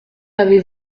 avez